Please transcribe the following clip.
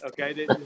okay